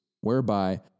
whereby